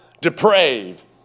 deprave